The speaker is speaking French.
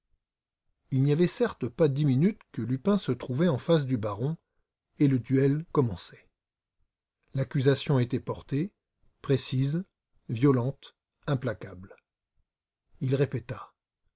il n'y avait certes pas dix minutes que lupin se trouvait en face du baron et le duel commençait l'accusation était portée précise violente implacable il répéta